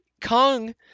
kong